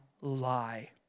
lie